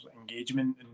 engagement